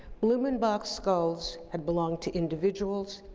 blumenbach's skulls had belonged to individuals,